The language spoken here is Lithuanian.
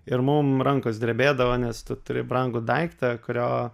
ir mum rankos drebėdavo nes tu turi brangų daiktą kurio